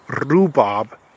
rhubarb